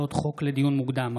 לדיון מוקדם,